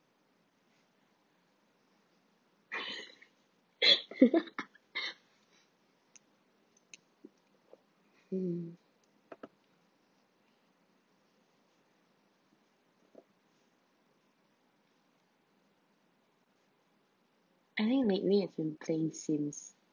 mm I think lately it's been playing sims